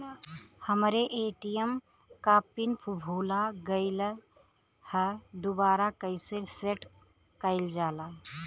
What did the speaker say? हमरे ए.टी.एम क पिन भूला गईलह दुबारा कईसे सेट कइलजाला?